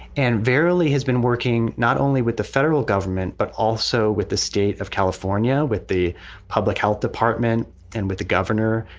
and verilli has been working not only with the federal government, but also with the state of california, with the public health department and with the governor,